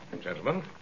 Gentlemen